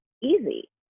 easy